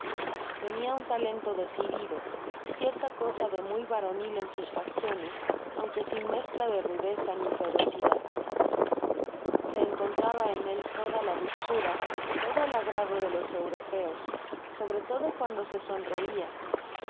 tenia un talento decidido y cierta cosa de muy varonil en sus facciones aunque sin mezcla de rudeza ni ferocidad se encontraba en él toda la dulzura todo ej agrado de los europeos sobre todo cuando se sonreia